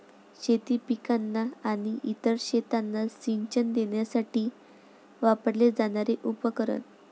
शेती पिकांना आणि इतर शेतांना सिंचन देण्यासाठी वापरले जाणारे उपकरण